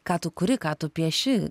ką tu kuri ką tu pieši